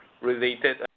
related